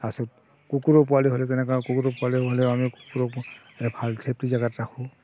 তাৰপাছত কুকুৰৰ পোৱালি হ'লেও তেনেকুৱা কুকুৰৰ পোৱালি হ'লেও কুকুৰক মানে আমি ভাল ছেফ্টি জেগাত ৰাখোঁ